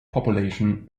population